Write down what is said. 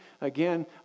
Again